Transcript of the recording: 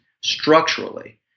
structurally